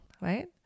right